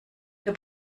der